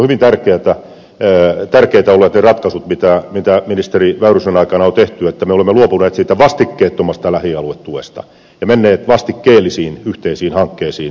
minusta ovat hyvin tärkeitä olleet ne ratkaisut joita ministeri väyrysen aikana on tehty että me olemme luopuneet siitä vastikkeettomasta lähialuetuesta ja menneet vastikkeellisiin yhteisiin hankkeisiin